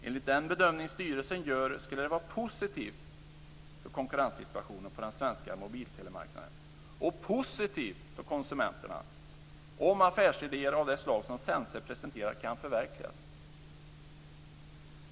Enligt den bedömning styrelsen gör skulle det vara positivt för konkurrenssituationen på den svenska mobiltelemarknaden och positivt för konsumenterna om affärsidéer av det slag som Sense presenterat kan förverkligas.